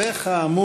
שטרן,